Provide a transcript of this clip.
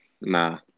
nah